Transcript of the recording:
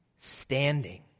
standing